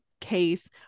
case